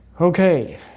Okay